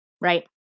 Right